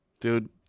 Dude